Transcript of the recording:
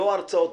לא הרצאות.